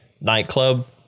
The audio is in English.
nightclub